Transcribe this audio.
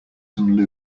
some